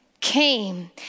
came